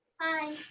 Hi